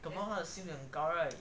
some more 他的薪水很高 right